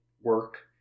work